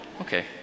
Okay